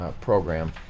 Program